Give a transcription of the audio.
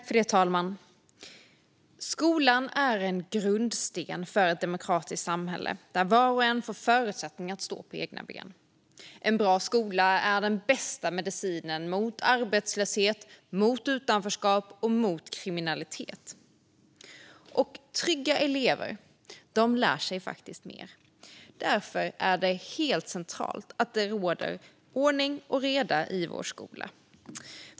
Fru talman! Skolan är en grundsten för ett demokratiskt samhälle, där var och en får förutsättningar att stå på egna ben. En bra skola är den bästa medicinen mot arbetslöshet, mot utanförskap och mot kriminalitet. Och trygga elever lär sig faktiskt mer. Därför är det helt centralt att det råder ordning och reda i vår skola.